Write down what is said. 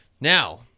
now